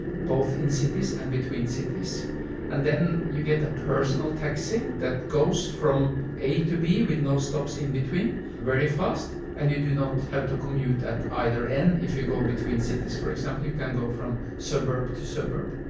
both in cities and between so cities. and then you get a personal taxi that goes from a to b with no stops in-between very fast, and you do not have to commute at either end. if you go between cities, for example, you can go from suburb to suburb.